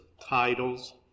titles